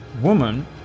woman